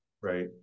Right